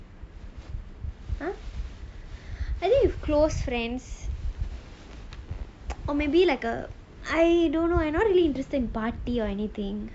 like bake or like I think with close friends or maybe like err I don't know I not really interested in party or anything